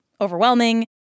overwhelming